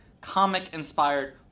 comic-inspired